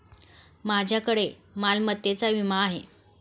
माझ्याकडे मालमत्तेचा विमा आहे